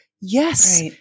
Yes